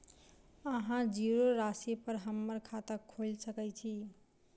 अहाँ जीरो राशि पर हम्मर खाता खोइल सकै छी?